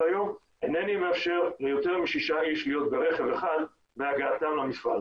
והיום אינני מאשר ליותר משישה איש להיות ברכב אחד בהגעתם למשרד.